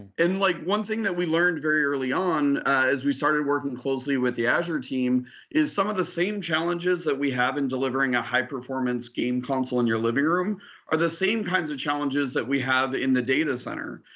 and like one think that we learned very early on as we started working closely with the azure team is some of the same challenges that we have in delivering a high-performance game console in your living room are the same kinds of challenges that we have in the data center.